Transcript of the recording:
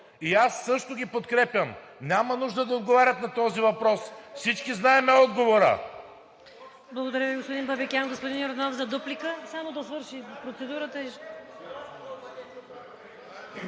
И аз също ги подкрепям. Няма нужда да отговарят на този въпрос. Всички знаем отговора.